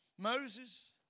Moses